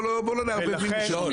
פשוט בוא לא נערבב מין שלא במינו.